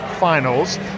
finals